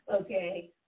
okay